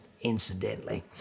incidentally